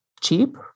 cheap